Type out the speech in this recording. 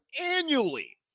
annually